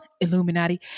illuminati